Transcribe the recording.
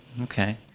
Okay